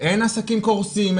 אין עסקים קורסים,